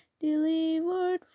Delivered